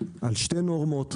על שתי נורמות,